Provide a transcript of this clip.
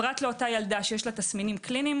פרט לה שיש לה תסמינים קליניים